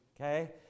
Okay